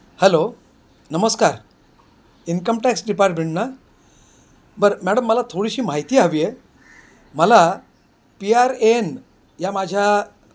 hello नमस्कार income tax department ना बरं मॅडम मला थोडीशी माहिती हवी आहे मला पी आर ए एन या माझ्या